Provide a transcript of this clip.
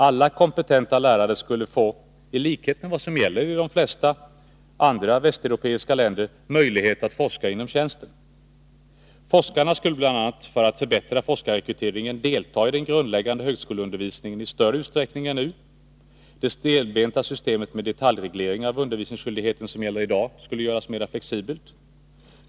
Alla kompetenta lärare skulle, i likhet med vad som gäller i de flesta andra västeuropeiska länder, få möjlighet att forska inom tjänsten. Forskarna skulle, bl.a. för att förbättra forskarrekryteringen, delta i den grundläggande högskoleundervisningen i större utsträckning än nu. Det stelbenta systemet med detaljreglering av undervisningsskyldigheten som gäller i dag skulle göras flexiblare.